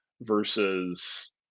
versus